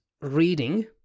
reading